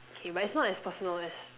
okay but it's not personal as